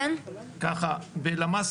ככה בלמ"ס